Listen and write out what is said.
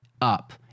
up